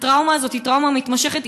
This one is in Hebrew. הטראומה הזאת היא טראומה מתמשכת,